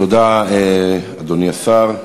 תודה, אדוני השר.